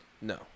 No